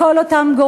כל אותם,